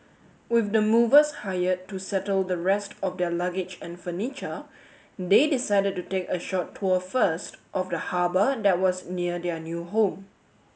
with the movers hired to settle the rest of their luggage and furniture they decided to take a short tour first of the harbour that was near their new home